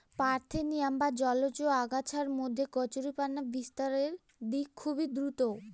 parthenium বা জলজ আগাছার মধ্যে কচুরিপানা বিস্তারের দিক খুবই দ্রূত